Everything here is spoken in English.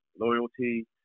loyalty